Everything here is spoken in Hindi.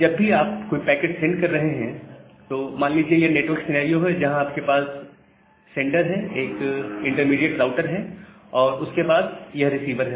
जब भी आप कोई पैकेट सेंड कर रहे हैं तो मान लीजिए यह नेटवर्क सिनेरियो है जहां आपके पास या सेंडर है एक इंटरमीडिएट राउटर है और उसके बाद यह रिसीवर है